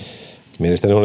mielestäni on